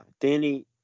Danny